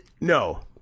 No